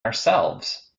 ourselves